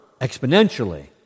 exponentially